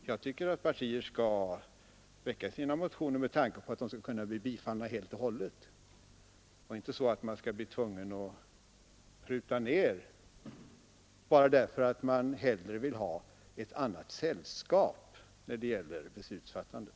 Jag tycker att partier skall väcka sina motioner i akt och mening att de skall kunna bifallas helt, inte att de skall känna sig föranlåtna att pruta ner sina krav bara därför att de hellre vill ha ett annat sällskap vid beslutsfattandet.